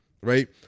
right